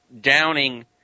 Downing